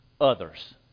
Others